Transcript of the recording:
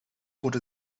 wurde